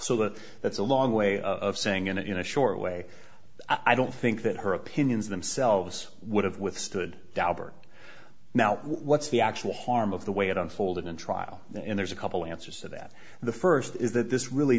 so that that's a long way of saying in a short way i don't think that her opinions themselves would have withstood d'albert now what's the actual harm of the way it unfolded in trial and there's a couple answers to that the first is that this really